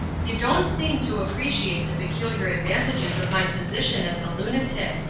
you don't seem to appreciate the peculiar advantages of my position as a lunatic,